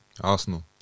Arsenal